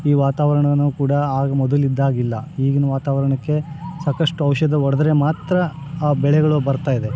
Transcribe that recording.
ಈ ವಾತಾವರ್ಣ ಕೂಡ ಆಗ ಮೊದಲು ಇದ್ದಾಗೆ ಇಲ್ಲ ಈಗಿನ ವಾತಾವರಣಕ್ಕೆ ಸಾಕಷ್ಟು ಔಷಧ ಹೊಡೆದ್ರೆ ಮಾತ್ರ ಆ ಬೆಳೆಗಳು ಬರ್ತಾಯಿದೆ